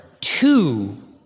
two